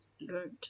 learned